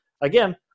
again